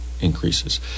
increases